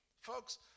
Folks